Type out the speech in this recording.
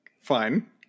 fine